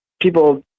people